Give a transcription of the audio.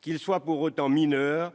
qu'ils soient pour autant mineurs,